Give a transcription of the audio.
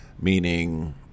meaning